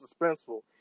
suspenseful